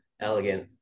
elegant